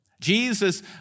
Jesus